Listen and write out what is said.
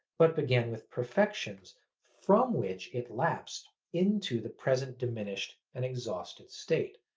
but began with perfections from which it lapsed into the present diminished and exhausted state.